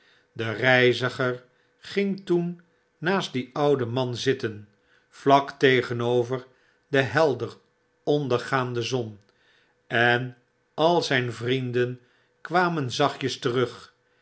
de reiziger ging toen naast dien ouden man zitten vlak tegenover de helder ondergaande zon en al zyn vrienden kwamen zachtjes terug